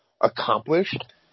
accomplished